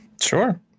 Sure